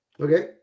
okay